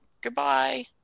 Goodbye